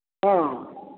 ହଁ